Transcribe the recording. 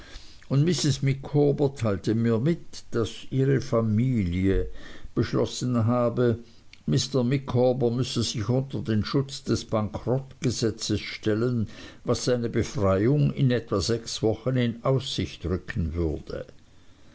und mrs micawber teilte mir mit daß ihre familie beschlossen habe mr micawber müsse sich unter den schutz des bankrottgesetzes stellen was seine befreiung in etwa sechs wochen in aussicht rücken würde